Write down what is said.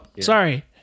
sorry